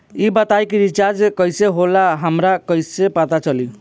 ई बताई कि रिचार्ज कइसे होला हमरा कइसे पता चली?